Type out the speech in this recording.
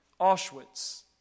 Auschwitz